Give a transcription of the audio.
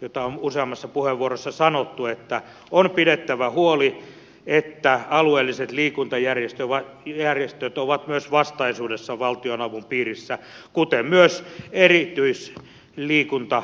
joita on useammassa puheenvuorossa sanottu että on pidettävä huoli että alueelliset liikuntajärjestöt ovat myös vastaisuudessa valtionavun piirissä kuten myös erityisliikuntajärjestöt